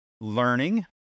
learning